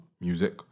music